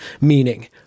meaning